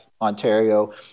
Ontario